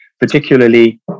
particularly